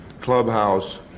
clubhouse